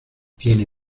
tiene